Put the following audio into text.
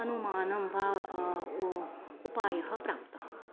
अनुमानं वा उपायः प्राप्तः